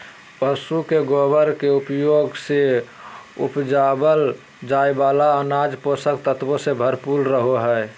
पशु के गोबर के उपयोग से उपजावल जाय वाला अनाज पोषक तत्वों से भरल रहो हय